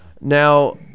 Now